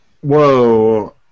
Whoa